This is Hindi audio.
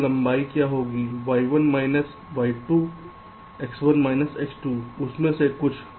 तो कुल लंबाई क्या होगी उसमें से कुछ